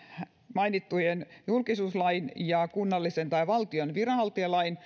mainittujen julkisuuslain ja kunnallisen viranhaltijalain